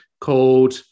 called